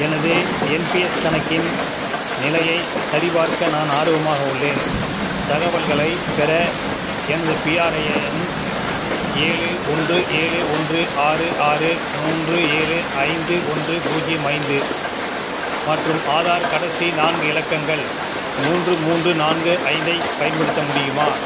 எனது என்பிஎஸ் கணக்கின் நிலையை சரிபார்க்க நான் ஆர்வமாக உள்ளேன் தகவல்களைப் பெற எனது பிஆர்ஏ எண் ஏழு ஒன்று ஏழு ஒன்று ஆறு ஆறு மூன்று ஏழு ஐந்து ஒன்று பூஜ்ஜியம் ஐந்து மற்றும் ஆதார் கடைசி நான்கு இலக்கங்கள் மூன்று மூன்று நான்கு ஐந்தைப் பயன்படுத்த முடியுமா